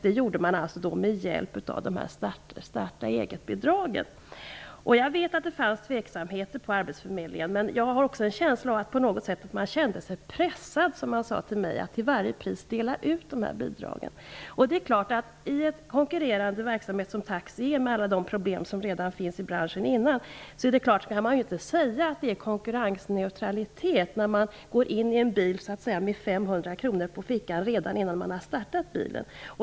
Det gjorde man med hjälp av starta-eget-bidraget. Jag vet att det fanns tveksamhet på arbetsförmedlingen. Men jag har också en känsla av att man på något sätt kände sig pressad, som man sade till mig, att till varje pris dela ut de här bidragen. I en konkurrerande verksamhet som taxi, med alla de problem som redan finns i branschen, är det klart att man inte kan säga att det är konkurrensneutralitet när man går in i en bil med 500 kr på fickan redan innan man har startat bilen.